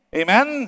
Amen